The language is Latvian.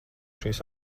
šīs